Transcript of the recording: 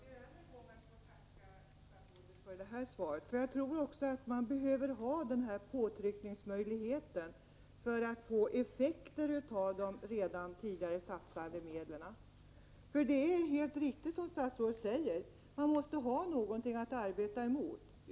Fru talman! Jag ber att få tacka statsrådet också för detta svar. Jag tror att man behöver ha en sådan här påtryckningsmöjlighet för att de redan tidigare satsade medlen skall ge effekt. Det är helt riktigt att människorna, som statsrådet säger, måste ha någonting att arbeta för och sträva mot.